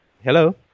Hello